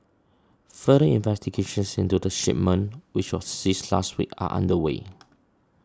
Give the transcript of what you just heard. further investigations into the shipment which was seized last week are underway